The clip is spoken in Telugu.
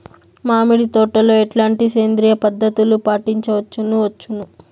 మామిడి తోటలో ఎట్లాంటి సేంద్రియ పద్ధతులు పాటించవచ్చును వచ్చును?